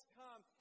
come